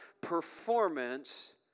performance